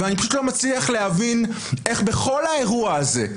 ואני פשוט לא מצליח להבין איך בכל האירוע הזה,